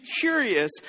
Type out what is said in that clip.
curious